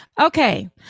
Okay